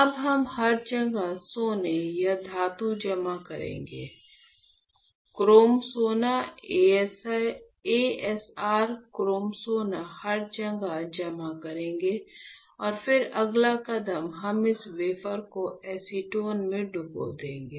अब हम हर जगह सोना या धातु जमा करेंगे क्रोम सोना asr क्रोम सोना हर जगह जमा करेंगे और फिर अगला कदम हम इस वेफर को एसीटोन में डुबो देंगे